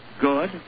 good